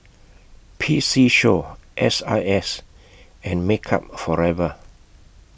P C Show S I S and Makeup Forever